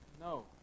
No